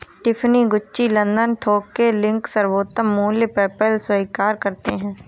Tiffany, Gucci, London थोक के link, सर्वोत्तम मूल्य, पेपैल स्वीकार करते है